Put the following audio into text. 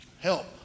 help